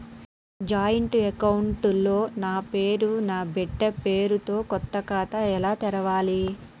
Joint account లో నా పేరు నా బిడ్డే పేరు తో కొత్త ఖాతా ఎలా తెరవాలి?